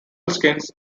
skins